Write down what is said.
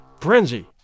frenzy